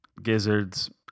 Gizzards